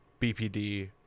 BPD –